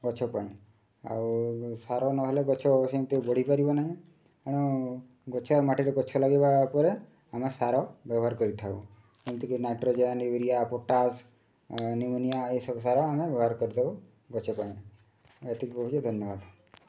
ଗଛ ପାଇଁ ଆଉ ସାର ନହେଲେ ଗଛ ସେମିତି ବଢ଼ିପାରିବ ନାହିଁ ତେଣୁ ଗଛ ମାଟିରେ ଗଛ ଲଗାଇବା ପରେ ଆମେ ସାର ବ୍ୟବହାର କରିଥାଉ ଯେମିତିକି ନାଇଟ୍ରୋଜେନ ୟୁରିଆ ପଟାସ ନିମୋନିଆ ଏଇସବୁ ସାର ଆମେ ବ୍ୟବହାର କରିଥାଉ ଗଛ ପାଇଁ ଏତିକି କହୁଛି ଧନ୍ୟବାଦ